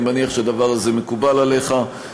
אני מניח שהדבר הזה מקובל עליך,